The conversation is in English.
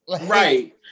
right